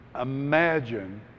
Imagine